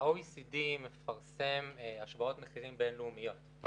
ה-OECD מפרסם השוואות מחירים בין-לאומיות.